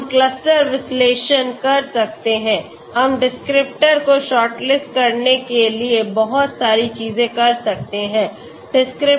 तो हम क्लस्टर विश्लेषण कर सकते हैं हम डिस्क्रिप्टर्स को शॉर्टलिस्ट करने के लिए बहुत सारी चीजें कर सकते हैं